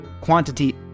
quantity